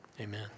amen